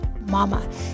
mama